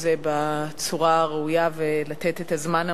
הזה בצורה הראויה ולתת את הזמן המתאים.